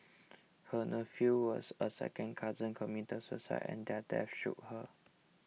her nephew was a second cousin committed suicide and their deaths shook her